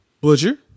Butcher